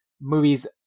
movies